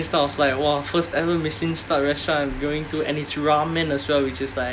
yes it was one michelin star I was like !wah! first ever michelin starred restaurant I'm going to and it's ramen as well which is like